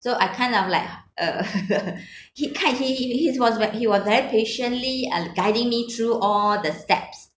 so I kind of like err he kind he he was very he was very patiently uh guiding me through all the steps